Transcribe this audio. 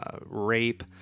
rape